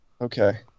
Okay